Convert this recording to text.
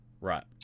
right